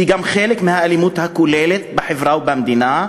היא גם חלק מהאלימות הכוללת בחברה ובמדינה,